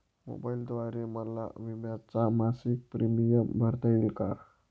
मोबाईलद्वारे मला विम्याचा मासिक प्रीमियम भरता येईल का?